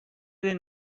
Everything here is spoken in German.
den